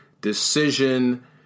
decision